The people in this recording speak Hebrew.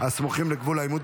מלחמה ושוטרים מארנונה) (תיקון,